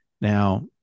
Now